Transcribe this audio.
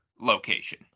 location